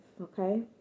okay